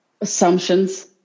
assumptions